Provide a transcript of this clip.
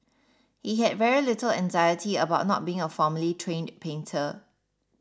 he had very little anxiety about not being a formally trained painter